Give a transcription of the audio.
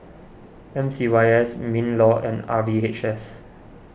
M C Y S MinLaw and R V H S